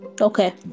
okay